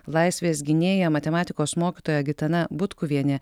laisvės gynėja matematikos mokytoja gitana butkuvienė